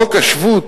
חוק השבות,